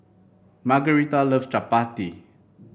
Margarita loves Chapati